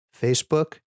Facebook